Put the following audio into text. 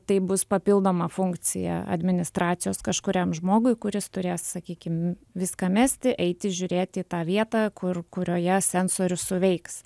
tai bus papildoma funkcija administracijos kažkuriam žmogui kuris turės sakykim viską mesti eiti žiūrėti į tą vietą kur kurioje sensorius suveiks